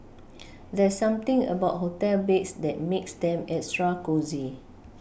there's something about hotel beds that makes them extra cosy